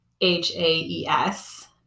h-a-e-s